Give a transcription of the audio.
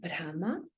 brahma